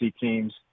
teams